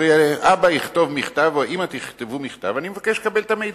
הרי אבא או אמא יכתבו מכתב: אני מבקש לקבל את המידע.